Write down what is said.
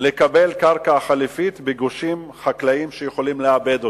לקבל קרקע חלופית בגושים חקלאיים שאפשר לעבד אותם.